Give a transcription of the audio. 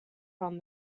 from